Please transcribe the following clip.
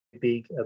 big